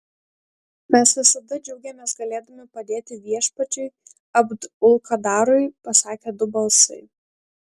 mes visada džiaugiamės galėdami padėti viešpačiui abd ul kadarui pasakė du balsai